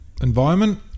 environment